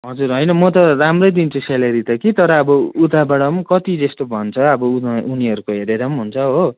हजुर होइन म त राम्रै दिन्छु स्यालेरी त कि तर अब उताबाट पनि कति जस्तो भन्छ अब उनी उनीहरूको हेरेर पनि हुन्छ हो